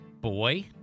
Boy